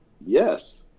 Yes